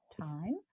time